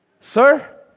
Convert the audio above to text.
Sir